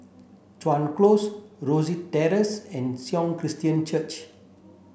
Chuan Close Rosyth Terrace and Sion Christian Church